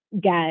get